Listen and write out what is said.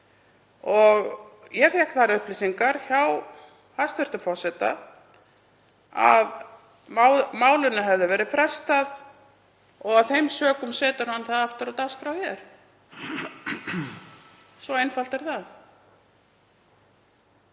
Ég fékk þær upplýsingar hjá hæstv. forseta að málinu hefði verið frestað og af þeim sökum setur hann það aftur á dagskrá hér. Svo einfalt er það.